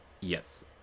yes